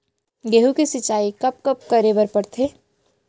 गेहूँ के सिंचाई कब कब करे बर पड़थे?